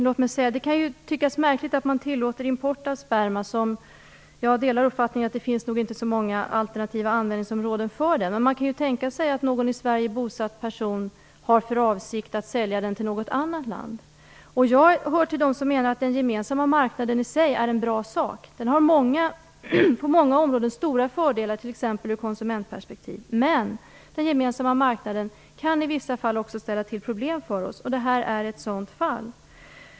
Fru talman! Det kan ju tyckas märkligt att man tillåter import av sperma. Jag delar den uppfattningen att det inte finns så många alternativa användningsområden för den. Men man kan ju tänka sig att någon i Sverige bosatt person har för avsikt att sälja den till något annat land. Jag hör till dem som menar att den gemensamma marknaden i sig är en bra sak. Den har stora fördelar på många områden, t.ex. ur ett konsumentperspektiv. Men den gemensamma marknaden kan i vissa fall också ställa till problem för oss, och detta är ett sådant fall.